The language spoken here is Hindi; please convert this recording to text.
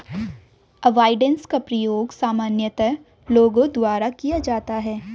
अवॉइडेंस का प्रयोग सामान्यतः लोगों द्वारा किया जाता है